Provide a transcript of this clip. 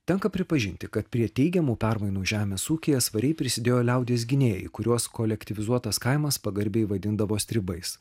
tenka pripažinti kad prie teigiamų permainų žemės ūkyje svariai prisidėjo liaudies gynėjai kuriuos kolektyvizuotas kaimas pagarbiai vadindavo stribais